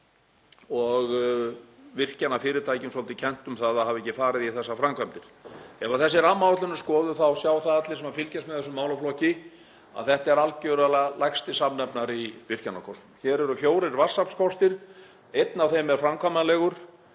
og virkjunarfyrirtækjum svolítið kennt um að hafa ekki farið í þessar framkvæmdir. Ef þessi rammaáætlun er skoðuð þá sjá það allir sem fylgjast með þessum málaflokki að þetta er algjörlega lægsti samnefnari í virkjunarkostum. Hér eru fjórir vatnsaflskostir, einn af þeim er framkvæmanlegur.